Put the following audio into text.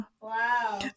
Wow